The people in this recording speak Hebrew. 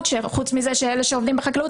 בחקלאות חוץ מזה שאלה שעובדים בחקלאות,